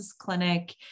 clinic